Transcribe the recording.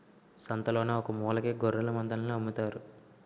సంతలోన ఒకమూలకి గొఱ్ఱెలమందలను అమ్ముతారు